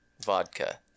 Vodka